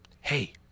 Hey